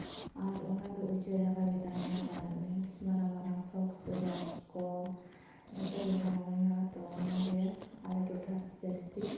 ᱟᱨ ᱚᱱᱟ ᱫᱚ ᱩᱪᱟᱹᱲ ᱟᱠᱟᱜᱮ ᱛᱟᱦᱮᱱᱟ ᱡᱟᱦᱟᱸ ᱢᱟᱨᱟᱝ ᱢᱟᱨᱟᱝ ᱯᱷᱳᱠᱥ ᱨᱳᱜᱽ ᱠᱚ ᱡᱚᱛᱚ ᱞᱮᱠᱟᱱᱟᱜ ᱢᱮᱱᱟᱜᱼᱟ ᱛᱚ ᱚᱱᱟᱜᱮ ᱟᱞᱮ ᱴᱚᱴᱷᱟ ᱨᱮᱫᱚ ᱡᱟᱹᱥᱛᱤ